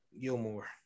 Gilmore